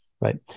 right